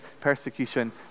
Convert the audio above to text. persecution